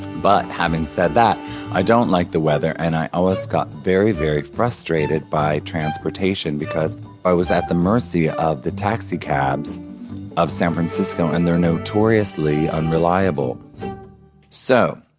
but having said that i don't like the weather and i also got very, very frustrated by transportation because i was at the mercy of the taxi cabs of san francisco, and they are notoriously unreliable so